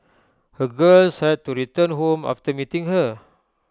her girls had to return home after meeting her